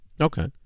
Okay